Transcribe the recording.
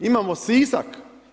Imamo Sisak.